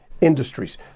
industries